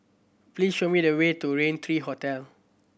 please show me the way to Rain Three Hotel